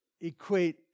equate